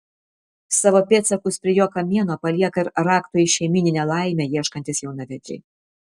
savo pėdsakus prie jo kamieno palieka ir rakto į šeimyninę laimę ieškantys jaunavedžiai